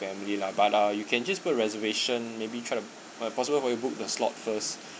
family lah but uh you can just put reservation maybe try to might possible for you to book the slot first